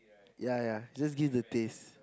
ya ya just give the taste